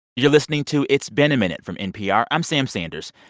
you're listening to it's been a minute from npr. i'm sam sanders.